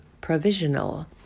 provisional